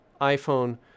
iPhone